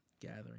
gathering